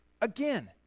Again